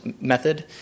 method